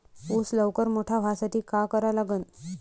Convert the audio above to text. ऊस लवकर मोठा व्हासाठी का करा लागन?